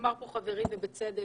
אמר פה חברי, ובצדק,